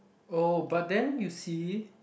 oh but then you see